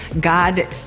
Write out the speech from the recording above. God